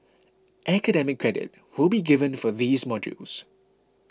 academic credit will be given for these modules